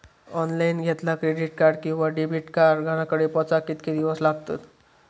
Online घेतला credit card किंवा debit card घराकडे पोचाक कितके दिस लागतत?